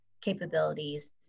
capabilities